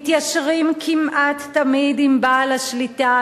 מתיישרים כמעט תמיד עם בעל השליטה.